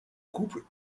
couple